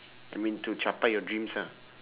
I mean to capai your dreams ah